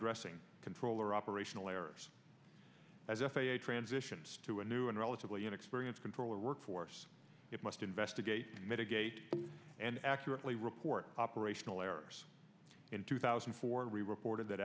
addressing controller operational errors as f a a transitions to a new and relatively inexperienced controller workforce it must investigate mitigate and accurately report operational errors in two thousand and four reported that